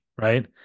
right